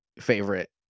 favorite